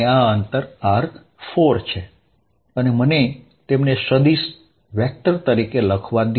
આ અંતર r4 છે અને મને તેમને સદિશ તરીકે લખવા દો